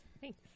Thanks